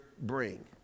bring